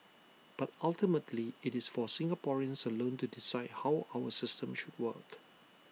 but ultimately IT is for Singaporeans alone to decide how our system should work